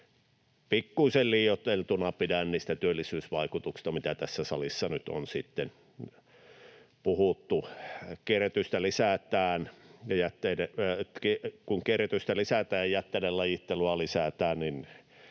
niitä väitteitä niistä työllisyysvaikutuksista, mitä tässä salissa nyt on puhuttu. Kun kierrätystä lisätään ja jätteiden lajittelua lisätään,